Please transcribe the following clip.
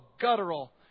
guttural